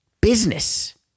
business